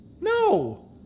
No